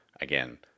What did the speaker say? again